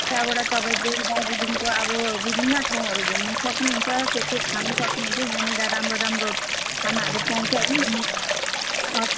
त्यहाँबाट तपाईँ के रे दार्जिलिङको अब विभिन्न ठाउँहरू घुम्नु सक्नुहुन्छ के के खान सक्नुहुन्छ यहाँनिर राम्रो राम्रो खानाहरू पाउँछ हैन